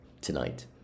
tonight